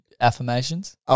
affirmations